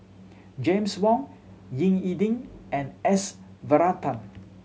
James Wong Ying E Ding and S Varathan